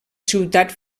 ciutat